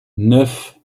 neuf